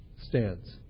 Stands